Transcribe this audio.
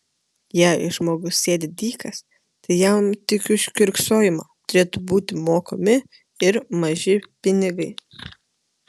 jei žmogus sėdi dykas tai jam tik už kiurksojimą turėtų būti mokami ir maži pinigai